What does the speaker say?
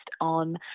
on